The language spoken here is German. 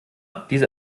diese